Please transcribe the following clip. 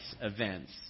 events